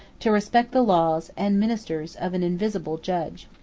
to respect the laws, and ministers, of an invisible judge.